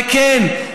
וכן,